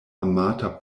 amata